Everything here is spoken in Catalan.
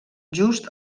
just